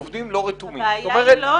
עובדים לא רתומים --- הבעיה היא לא הראיות.